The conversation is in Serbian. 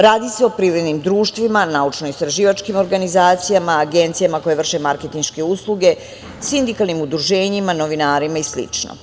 Radi se o privrednim društvima, naučno-istraživačkim organizacijama, agencijama koje vrše marketinške usluge, sindikalnim udruženjima, novinarima i slično.